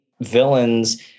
villains